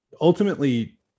Ultimately